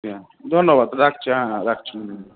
হ্যাঁ ধন্যবাদ রাখছি হ্যাঁ হ্যাঁ রাখছি হুম হুম